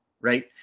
Right